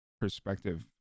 perspective